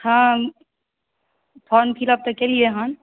हम form fill up तऽ कयलियै हन